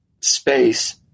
space